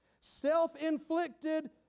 Self-inflicted